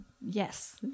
Yes